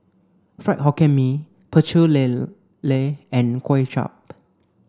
Fried Hokkien Mee Pecel Lele and Kway Chap